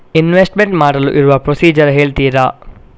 Investment ಮಾಡಲು ಇರುವ procedure ಹೇಳ್ತೀರಾ?